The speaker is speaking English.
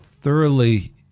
thoroughly